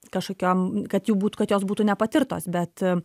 kažkokiom kad jų būtų kad jos būtų nepatirtos bet